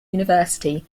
university